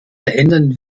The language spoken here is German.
verändern